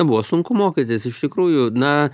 buvo sunku mokytis iš tikrųjų na